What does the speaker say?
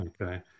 Okay